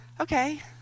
Okay